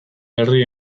berri